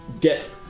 get